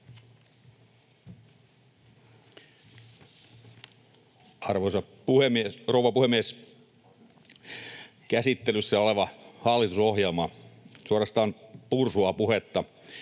Arvoisa rouva puhemies! Käsittelyssä oleva hallitusohjelma suorastaan pursuaa puhetta,